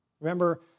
Remember